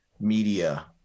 media